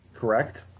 Correct